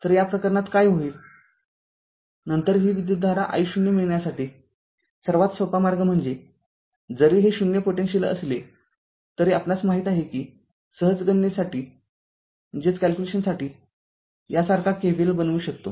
तरया प्रकरणातकाय होईल नंतर ही विद्युतधारा i0 मिळण्यासाठी सर्वात सोपा मार्ग म्हणजे जरी हे ० पोटेन्शियल असले तरी आपणास माहीत आहे कि सहज गणनेसाठी यासारखा KVL बनवू शकतो